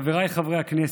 חבריי חברי הכנסת,